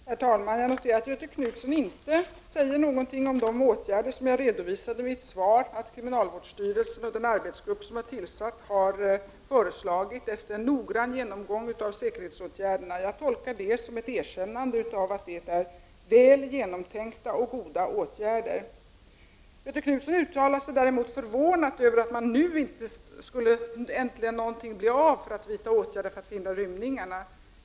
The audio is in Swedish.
Herr talman! Jag noterar att Göthe Knutson inte säger någonting om de åtgärder som jag redovisade i mitt svar, nämligen de åtgärder som kriminalvårdsstyrelsen och den arbetsgrupp som har tillsatts, efter noggrann genomgång av säkerhetsåtgärderna har föreslagit. Jag tolkar detta som ett erkännande av att det är väl genomtänkta och goda åtgärder. Göthe Knutson uttalar sig däremot förvånat över att det inte nu skall vidtas åtgärder för att förhindra rymningarna.